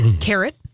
Carrot